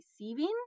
receiving